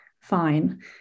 fine